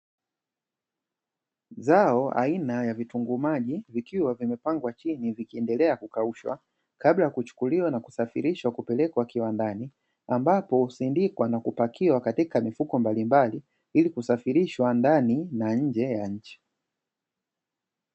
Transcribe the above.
Zao aina ya vitunguu maji vikiwa vimepangwa chini vikiendelea kukaushwa, kabla ya kuchukuliwa na kusafirishwa kupelekwa viwandani ambako husindikwa na kupakiwa katika mifuko mbalimbali ili kusafirishwa ndani na nje ya nchi.